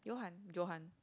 Yohan Johan